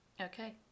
Okay